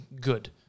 good